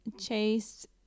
chase